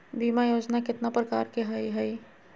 बीमा योजना केतना प्रकार के हई हई?